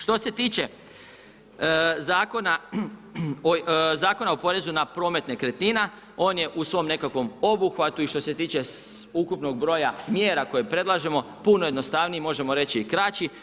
Što se tiče Zakona o porezu na promet nekretnina, on je u svom nekakvom obuhvatu i što se tiče ukupnog broja mjera koje predlažemo puno jednostavniji, možemo reći i kraći.